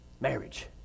marriage